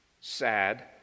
sad